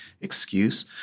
excuse